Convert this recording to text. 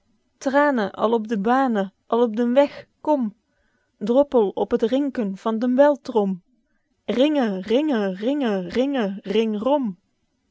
trane al op de bane al op den weg kom droppel op het rinken van den beltrom ringe ringe ringe ringe ring